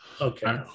Okay